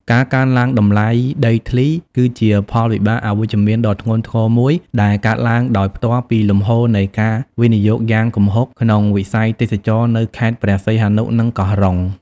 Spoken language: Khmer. ការកើនឡើងតម្លៃដីធ្លី គឺជាផលវិបាកអវិជ្ជមានដ៏ធ្ងន់ធ្ងរមួយដែលកើតឡើងដោយផ្ទាល់ពីលំហូរនៃការវិនិយោគយ៉ាងគំហុកក្នុងវិស័យទេសចរណ៍នៅខេត្តព្រះសីហនុ និងកោះរ៉ុង។